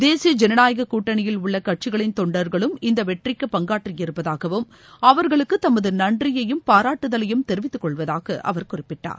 தேசிய ஜனநாயக கூட்டணியில் உள்ள கட்சிகளின் தொண்டர்களும் இந்த வெற்றிக்குப் பங்காற்றியிருப்பதாகவும் அவர்களுக்கு தமது நன்றியையும் பாராட்டுதலையும் தெரிவித்துக்கொள்வதாக அவர் குறிப்பிட்டார்